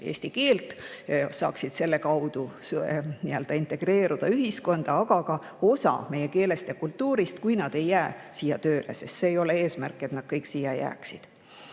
eesti keelt, saaksid selle kaudu integreeruda ühiskonda, aga ka osa meie keelest ja kultuurist, kui nad ei jää siia tööle, sest see ei ole eesmärk, et nad kõik siia jääksid.